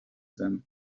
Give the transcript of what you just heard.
them